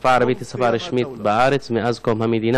השפה הערבית היא שפה רשמית בארץ מאז קום המדינה,